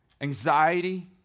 anxiety